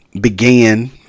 began